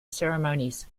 ceremonies